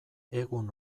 egun